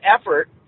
effort